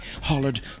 hollered